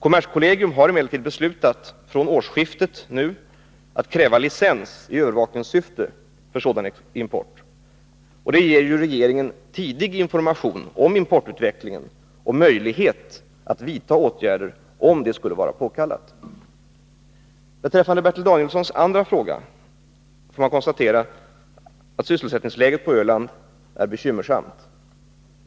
Kommerskollegium har emellertid beslutat att från årsskiftet nu kräva licens i övervakningssyfte för sådan import. Detta ger regeringen tidig information om importutvecklingen och möjlighet att vidta åtgärder, om det skulle vara påkallat. Beträffande Bertil Danielssons andra fråga kan konstateras att sysselsättningsläget på Öland är bekymmersamt.